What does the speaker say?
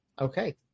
okay